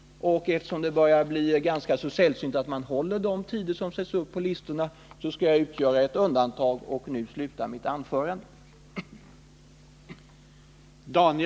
Eftersom det börjar bli ganska sällsynt att hålla de tider som ställts upp på listorna, skall jag utgöra ett undantag och nu sluta mitt anförande.